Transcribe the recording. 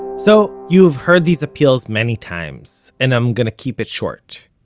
so, you've heard these appeals many times. and i'm going to keep it short.